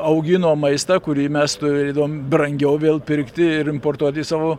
augino maistą kurį mes turėdavom brangiau vėl pirkti ir importuoti į savo